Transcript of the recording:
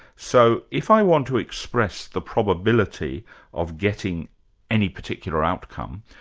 so if i want to express the probability of getting any particular outcome,